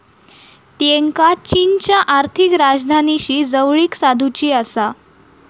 त्येंका चीनच्या आर्थिक राजधानीशी जवळीक साधुची आसा